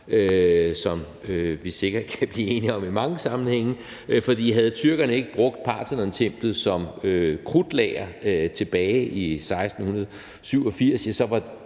som vi sikkert kan blive enige om i mange sammenhænge, for havde tyrkerne ikke brugt Parthenontemplet som krudtlager tilbage i 1687,